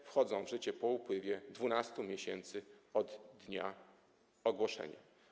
Te wchodzą w życie po upływie 12 miesięcy od dnia ogłoszenia.